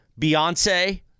Beyonce